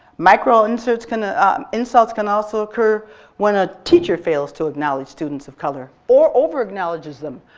microinsults can ah microinsults can also occur when a teacher fails to acknowledge students of color or overacknowledges them.